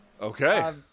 Okay